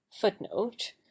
footnote